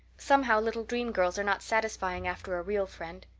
somehow, little dream girls are not satisfying after a real friend.